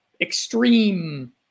extreme